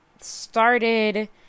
started